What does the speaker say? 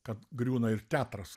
kad griūna ir teatras